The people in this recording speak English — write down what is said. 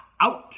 out